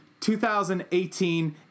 2018